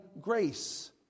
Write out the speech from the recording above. grace